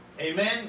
Amen